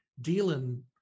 dealing